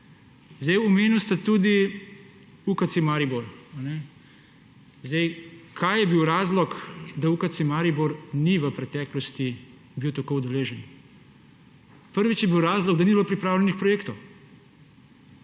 Omenili ste tudi UKC Maribor. Kaj je bil razlog, da UKC Maribor ni v preteklosti bil tako udeležen? Prvič je bil razlog, da ni bilo pripravljenih projektov,